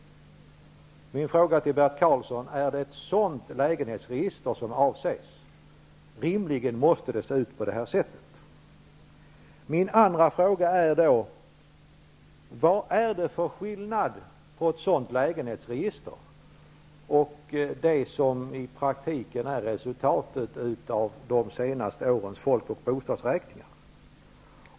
Då blir min första fråga till Bert Karlsson: Är det ett sådant lägenhetsregister som avses? Rimligen måste det se ut på det sättet. Min andra fråga är då: Vad är det för skillnad mellan ett sådant lägenhetsregister och det som i praktiken är resultatet av de senaste årens folk och bostadsräkningar?